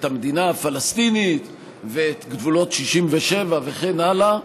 המדינה הפלסטינית וגבולות 67' וכן הלאה,